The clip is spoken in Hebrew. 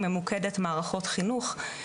היא ממוקדת מערכות חינוך.